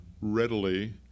readily